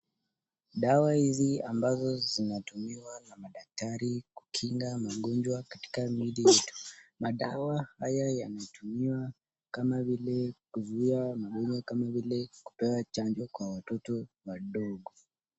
Dawa hizi ambazo zinatumiwa na madaktari kukinga magonjwa katika mili yetu. Madawa haya yanatumiwa kama vile kuzuia magonjwa kama vile kupewa chanjo kwa watoto wadogo.